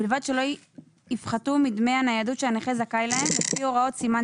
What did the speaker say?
ובלבד שלא יפחתו מדמי הניידות שהנכה זכאי להם לפי הוראות סימן